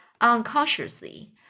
unconsciously